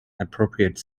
appropriate